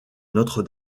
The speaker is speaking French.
notre